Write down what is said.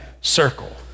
circle